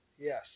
Yes